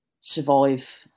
survive